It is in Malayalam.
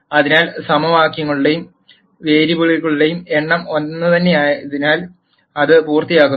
അതിനാൽ സമവാക്യങ്ങളുടെയും വേരിയബിളുകളുടെയും എണ്ണം ഒന്നുതന്നെയാണെങ്കിൽ അത് പൂർത്തിയാക്കുന്നു